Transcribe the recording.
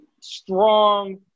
strong